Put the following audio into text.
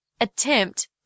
attempt